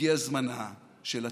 הגיעה זמנה של התקווה.